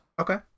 okay